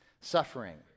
suffering